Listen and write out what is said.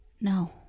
no